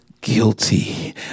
Guilty